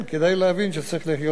השאלה רק איך חיים ביחד.